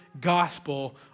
gospel